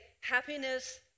happiness